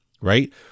right